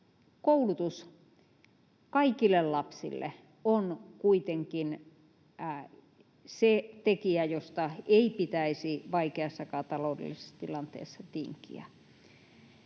koulutus kaikille lapsille on kuitenkin se tekijä, josta ei pitäisi vaikeassakaan taloudellisessa tilanteessa tinkiä.